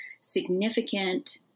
significant